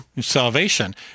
salvation